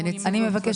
אני אתייחס